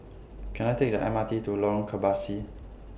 Can I Take The M R T to Lorong Kebasi